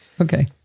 Okay